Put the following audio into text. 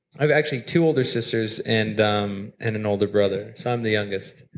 i have actually two older sisters and um and an older brother, so i'm the youngest.